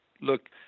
look